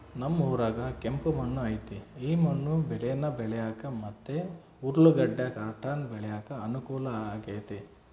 ನಮ್ ಊರಾಗ ಕೆಂಪು ಮಣ್ಣು ಐತೆ ಈ ಮಣ್ಣು ಬೇಳೇನ ಬೆಳ್ಯಾಕ ಮತ್ತೆ ಉರ್ಲುಗಡ್ಡ ಕಾಟನ್ ಬೆಳ್ಯಾಕ ಅನುಕೂಲ ಆಗೆತೆ